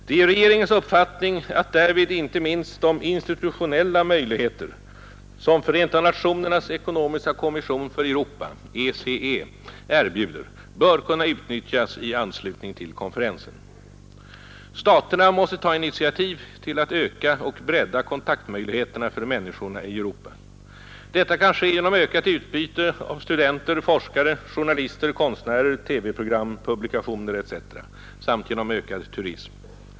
Det är regeringens uppfattning att därvid inte minst de institutionella möjligheter, som FN:s ekonomiska kommission för Europa, ECE, erbjuder, bör kunna utnyttjas i anslutning till konferensen. Staterna måste ta initiativ till att öka och bredda kontaktmöjligheterna för människorna i Europa. Detta kan ske genom ökat utbyte av studenter, forskare, journalister, konstnärer, TV-program, publikationer etc. samt genom ökad turism.